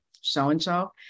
so-and-so